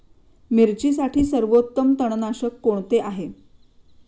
मिरचीसाठी सर्वोत्तम तणनाशक कोणते आहे?